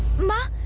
my